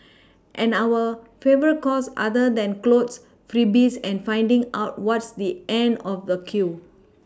and our favourite cause other than clothes freebies and finding out what's the end of the queue